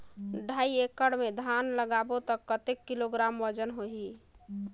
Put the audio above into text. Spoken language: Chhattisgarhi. ढाई एकड़ मे धान लगाबो त कतेक किलोग्राम वजन होही?